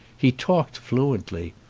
he talked fluently.